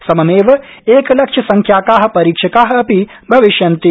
सममेव एकलक्षसंख्याका परीक्षका अपि भविष्यन्ति